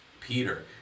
Peter